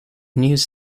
news